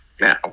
now